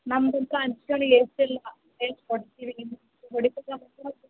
ನಮ್ಗೆ ಎಷ್ಟೆಲ್ಲ ಎಷ್ಟು ಕೊಡ್ತೀವಿ ಹೊಡಿತೇ್ವೆ ಅಂತ